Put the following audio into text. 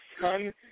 son